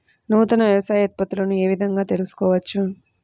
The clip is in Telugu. నూతన వ్యవసాయ ఉత్పత్తులను ఏ విధంగా తెలుసుకోవచ్చు?